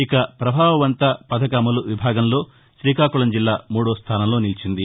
ఇక ప్రభావవంత పథక అమలు విభాగంలో గ్రీకాకుళం జిల్లా మూడో స్థానంలో నిలిచింది